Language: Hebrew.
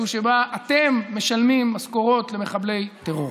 שבה אתם משלמים משכורות למחבלי טרור.